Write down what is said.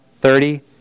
thirty